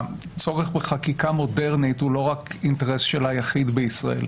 הצורך בחקיקה מודרנית הוא לא רק אינטרס של היחיד בישראל.